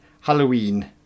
Halloween